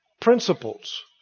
principles